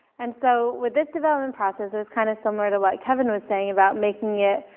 and so with this development process, it was kind of similar to what kevin was saying about making it,